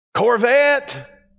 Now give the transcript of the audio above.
corvette